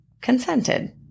consented